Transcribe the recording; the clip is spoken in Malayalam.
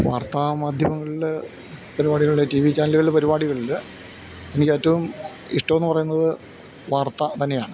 വാർത്താമാധ്യമങ്ങളിൽ പരിപാടികളിൽ ടി വി ചാനലുകളിൽ പരിപാടികളിൽ എനിക്ക് ഏറ്റവും ഇഷ്ടം എന്ന് പറയുന്നത് വാർത്ത തന്നെയാണ്